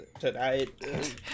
tonight